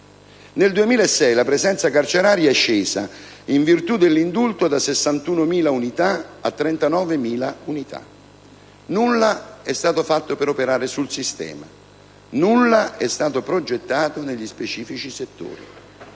Nel 2006, la presenza carceraria è scesa, in virtù dell'indulto, da 61.000 unità a 39.000 unità. Nulla è stato fatto per operare sul sistema, nulla è stato progettato negli specifici settori,